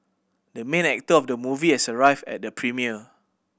the main actor of the movie has arrived at the premiere